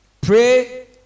Pray